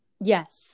Yes